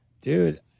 dude